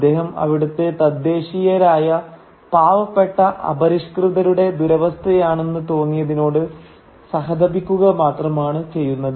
അദ്ദേഹം അവിടുത്തെ തദ്ദേശീയരായ പാവപ്പെട്ട അപരിഷ്കൃതരുടെ ദുരവസ്ഥയാണെന്ന് തോന്നിയതിനോട് സഹതപിക്കുക മാത്രമാണ് ചെയ്യുന്നത്